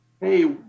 hey